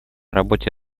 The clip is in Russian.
работе